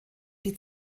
die